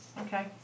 Okay